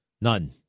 None